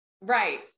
right